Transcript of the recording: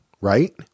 right